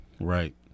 right